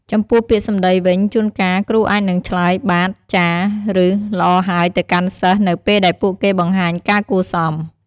ចំពោះពាក្យសម្ដីវិញ ជួនកាល គ្រូអាចនឹងឆ្លើយ បាទ ចាស ឬ ល្អហើយទៅកាន់សិស្ស នៅពេលដែលពួកគេបង្ហាញការគួរសម។